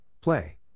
Play